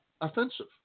offensive